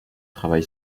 travail